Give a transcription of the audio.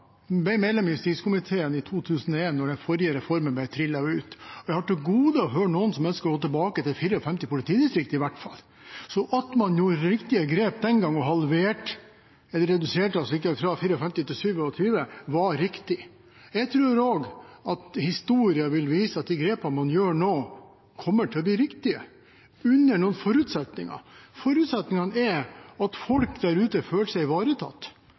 har til gode å høre noen som ønsker å gå tilbake til 54 politidistrikt, i hvert fall. At man gjorde det riktige grepet den gangen og reduserte fra 54 til 27, var riktig. Jeg tror at historien vil vise at de grepene man gjør nå, kommer til å bli riktige, under noen forutsetninger. Forutsetningene er at folk der ute føler seg ivaretatt.